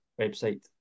website